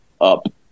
up